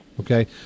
Okay